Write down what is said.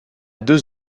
deux